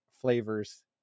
flavors